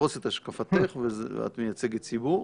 לפרוס את השקפתך ואת מייצגת ציבור,